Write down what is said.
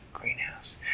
greenhouse